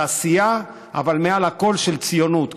תעשייה, אבל מעל לכול, של ציונות.